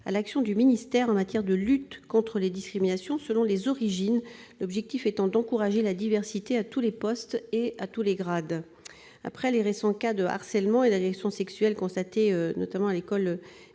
à l'action du ministère en matière de lutte contre les discriminations selon les origines, l'objectif étant d'encourager la diversité à tous les postes et grades. Après les récents cas de harcèlement et d'agression sexuelle, notamment à l'école militaire